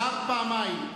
הוזהרת פעמיים.